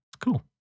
Cool